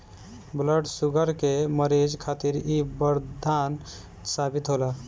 blood sugar के मरीज खातिर इ बरदान साबित होला